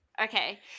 Okay